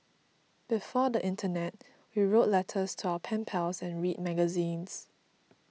before the internet we wrote letters to our pen pals and read magazines